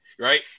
right